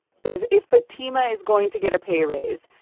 so if if fatima is going to get a pay raise,